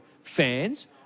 fans